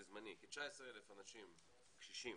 בזמני, קשישים